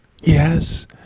Yes